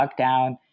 lockdown